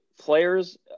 players